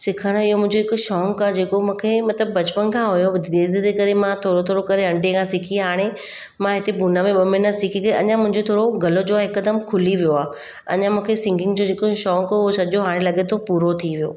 सिखणु इहो मुंहिंजो हिकु शौक़ु आहे जेको मूंखे मतिलब बचपन खां हुओ पोइ धीरे धीरे करे मां थोरो थोरो करे आंटीअ खां सिखी हाणे मां हिते पुणा में ॿ महिना सिखी करे अञा मुंहिंजो थोड़ो ॻलो जो आ्हे हिकदमि खुली वियो आहे अञा मूंखे सिंगिंग जो जेको शौक़ु उहो सॼो हाणे लॻे थो पूरो थी वियो